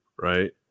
right